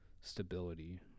stability